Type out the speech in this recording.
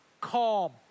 Calm